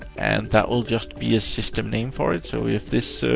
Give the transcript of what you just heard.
and that will just be a system name for it, so if this